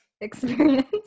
experience